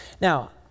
Now